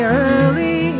early